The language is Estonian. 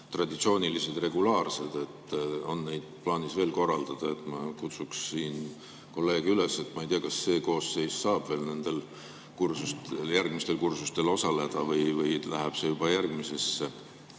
traditsioonilised, regulaarsed. Kas on neid plaanis veel korraldada? Ma kutsuks siin kolleege üles [osalema]. Ma ei tea, kas see koosseis saab veel järgmistel kursustel osaleda või läheb see juba järgmisesse